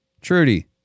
Trudy